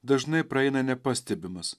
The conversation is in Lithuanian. dažnai praeina nepastebimas